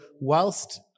whilst